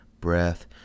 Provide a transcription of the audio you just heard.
breath